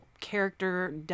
character